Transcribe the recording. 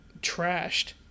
trashed